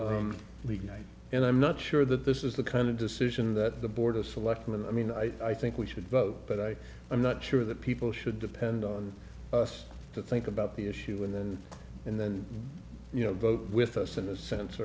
the league night and i'm not sure that this is the kind of decision that the board of selectmen i mean i think we should vote but i i'm not sure that people should depend on us to think about the issue and then and then you know vote with us in a sense